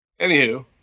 Anywho